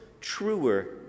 truer